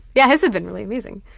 yeah his have been really amazing.